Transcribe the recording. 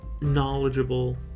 knowledgeable